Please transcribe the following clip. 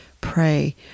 pray